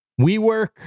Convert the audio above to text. WeWork